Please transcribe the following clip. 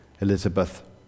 Elizabeth